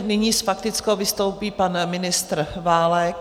Nyní s faktickou vystoupí pan ministr Válek.